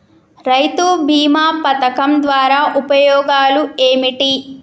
రైతు బీమా పథకం ద్వారా ఉపయోగాలు ఏమిటి?